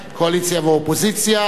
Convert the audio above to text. קואליציה ואופוזיציה,